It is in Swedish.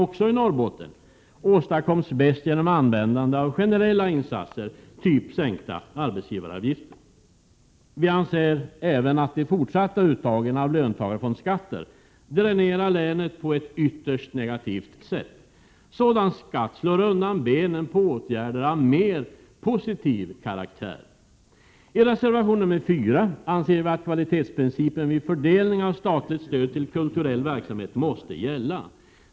1987/88:131 en också i Norrbotten åstadkoms bäst genom användande av generella — 1 juni 1988 insatser, typ sänkta arbetsgivaravgifter. Vi anser även att de fortsatta uttagen av löntagarfondsskatter dränerar =, 5 länet på ett ytterst negativt sätt. Sådan skatt slår undan benen på åtgärder av Hy ppor NOTES 40å ; bottens län m.m. mer positiv karaktär. I reservation 4 anser vi att kvalitetsprincipen vid fördelning av statligt stöd till kulturell verksamhet måste gälla.